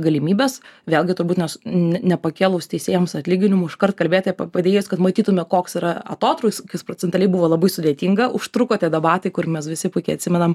galimybes vėlgi turbūt nepakėlus teisėjams atlyginimų iškart kalbėti apie padėjėjus kad matytume koks yra atotrūkis procentaliai buvo labai sudėtinga užtruko tie debatai kur mes visi puikiai atsimenam